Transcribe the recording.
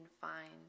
find